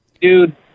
Dude